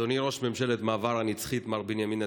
אדוני ראש ממשלת המעבר הנצחית מר בנימין נתניהו,